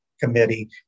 committee